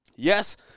Yes